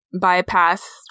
bypass